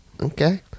Okay